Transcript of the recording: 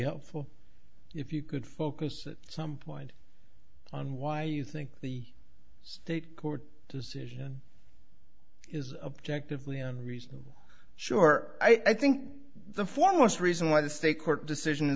helpful if you could focus at some point on why you think the state court decision is objectively and reason sure i think the foremost reason why the state court decision i